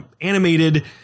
animated